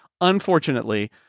unfortunately